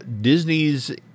Disney's